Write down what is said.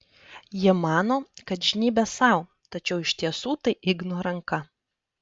ji mano kad žnybia sau tačiau iš tiesų tai igno ranka